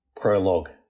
prologue